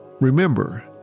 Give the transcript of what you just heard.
Remember